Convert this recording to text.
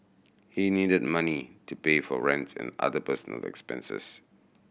he needed money to pay for rents and other personal expenses